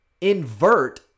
invert